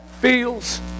feels